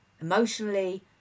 emotionally